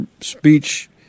speech